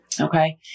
Okay